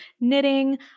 knitting